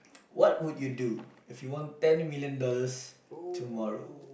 what would you do if you won ten million dollars tomorrow